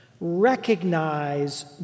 Recognize